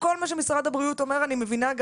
כל מה שמשרד הבריאות אומר אני מבינה,